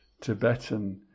Tibetan